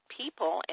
people